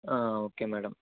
okay madam